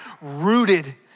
rooted